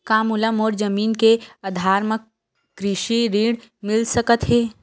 का मोला मोर जमीन के आधार म कृषि ऋण मिल सकत हे?